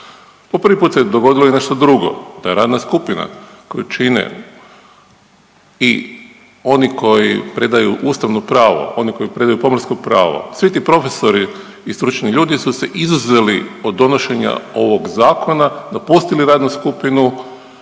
Po prvi put se dogodilo i nešto drugo. Da je radna skupina koju čine i oni koji predaju ustavno pravo, oni koji predaju pomorsko pravo, svi ti profesori i stručni ljudi su se izuzeli od donošenja ovog zakona, napustili radnu skupinu